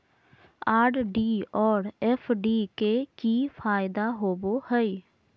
RD और FD के की फायदा होबो हइ?